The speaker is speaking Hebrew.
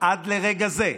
עד לרגע הזה.